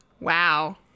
Wow